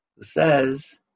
says